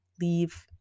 leave